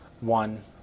One